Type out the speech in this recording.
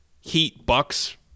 Heat-Bucks